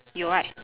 有 right